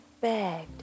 begged